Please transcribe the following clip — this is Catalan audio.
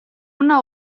una